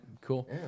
Cool